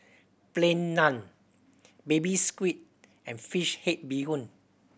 Plain Naan Baby Squid and fish head bee hoon